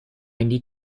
need